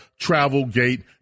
Travelgate